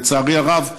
לצערי הרב,